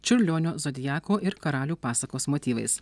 čiurlionio zodiako ir karalių pasakos motyvais